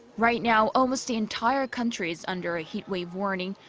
right now, almost the entire country is under a heatwave warning,